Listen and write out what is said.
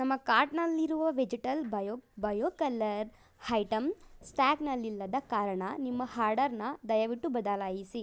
ನಮ್ಮ ಕಾರ್ಟ್ನಲ್ಲಿರುವ vegetable bio bio colour item ಸ್ಟಾಕ್ನಲ್ಲಿಲ್ಲದ ಕಾರಣ ನಿಮ್ಮ ಹಾರ್ಡರನ್ನ ದಯವಿಟ್ಟು ಬದಲಾಯಿಸಿ